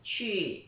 去